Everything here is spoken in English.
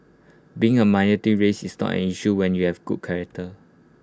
being A race is not an issue when you have good character